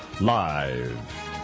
Live